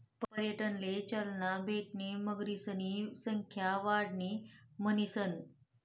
पर्यटनले चालना भेटणी मगरीसनी संख्या वाढणी म्हणीसन